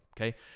Okay